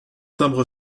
timbre